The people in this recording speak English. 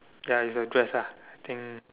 ya it's a dress ah I think